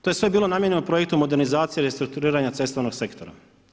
To je sve bilo namijenjeno projektu modernizacije restrukturiranje cestovnog sektora.